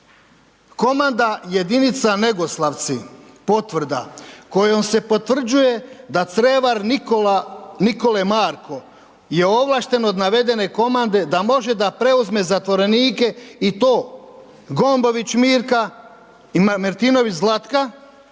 Komanda jedinica Negoslavci, potvrda kojom se potvrđuje da crevar Nikole Marko je ovlašten od navedene komande da može da preuzme zatvorenike i to Gombović Mirka i Martinović Zlatka